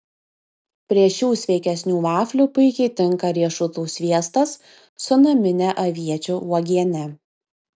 prieš šių sveikesnių vaflių puikiai tinka riešutų sviestas su namine aviečių uogiene